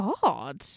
god